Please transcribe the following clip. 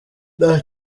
nta